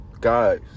Guys